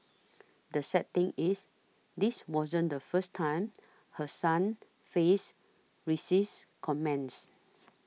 the sad thing is this wasn't the first time her son faced racist comments